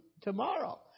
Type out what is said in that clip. tomorrow